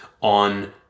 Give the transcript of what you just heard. on